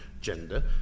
gender